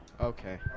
Okay